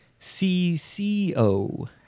CCO